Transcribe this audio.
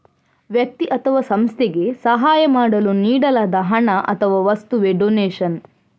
ವ್ಯಕ್ತಿ ಅಥವಾ ಸಂಸ್ಥೆಗೆ ಸಹಾಯ ಮಾಡಲು ನೀಡಲಾದ ಹಣ ಅಥವಾ ವಸ್ತುವವೇ ಡೊನೇಷನ್